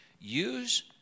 Use